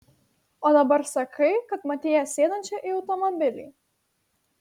o dabar sakai kad matei ją sėdančią į automobilį